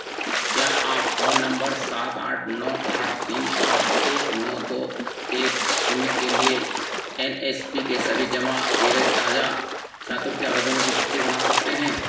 क्या आप phone number सात आठ नौ आठ तीन पाँच एक नौ दो एक शून्य के लिए एन एस पी के सभी जमा किए गए ताज़ा छात्रवृत्ति आवेदनों की सूची बना सकते हैं